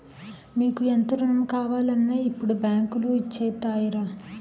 మీకు ఎంత రుణం కావాలన్నా ఇప్పుడు బాంకులు ఇచ్చేత్తాయిరా